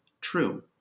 true